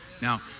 Now